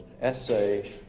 essay